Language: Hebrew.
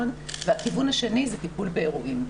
והכיוון השני זה טיפול באירועים.